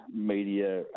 media